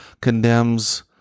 condemns